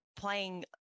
playing